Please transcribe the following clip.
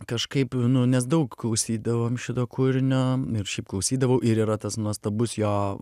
kažkaip nu nes daug klausydavom šito kūrinio ir šiaip klausydavau ir yra tas nuostabus jo